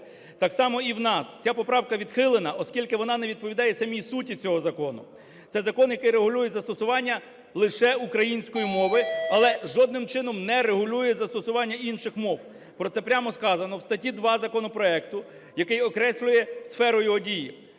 Так само і в нас. Ця поправка відхилена, оскільки вона не відповідає самій суті цього закону. Це закон, який регулює застосування лише української мови, але жодним чином не регулює застосування інших мов. Про це прямо сказано в статті 2 законопроекту, яка окреслює сферу його дії.